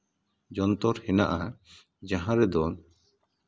ᱡᱚᱱᱛᱚᱨ ᱦᱮᱱᱟᱜᱼᱟ ᱡᱟᱦᱟᱸ ᱨᱮᱫᱚ